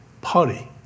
party